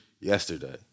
yesterday